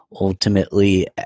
ultimately